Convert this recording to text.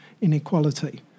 inequality